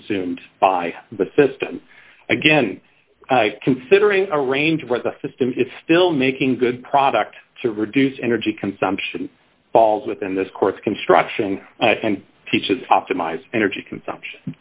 consumed by the system again considering a range where the system is still making good product to reduce energy consumption falls within this course construction and teaches optimize energy consumption